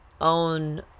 own